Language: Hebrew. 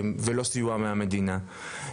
מבחינת הסיוע של המדינה,